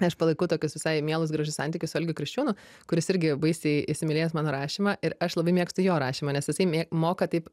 aš palaikau tokius visai mielus gražius santykius su algiu kriščiūnu kuris irgi baisiai įsimylėjęs mano rašymą ir aš labai mėgstu jo rašymą nes jisai mė moka taip